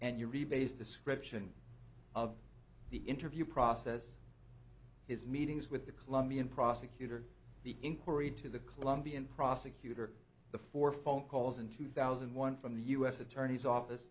and your rebate is description of the interview process his meetings with the colombian prosecutor the inquiry into the colombian prosecutor the four phone calls in two thousand and one from the u s attorney's office